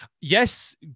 Yes